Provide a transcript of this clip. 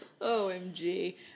Omg